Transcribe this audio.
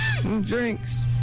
drinks